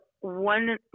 one